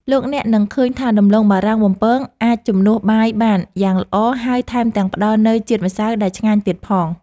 លោកអ្នកនឹងឃើញថាដំឡូងបារាំងបំពងអាចជំនួសបាយសបានយ៉ាងល្អហើយថែមទាំងផ្តល់នូវជាតិម្សៅដែលឆ្ងាញ់ទៀតផង។